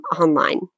online